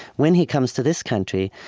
when he comes to this country,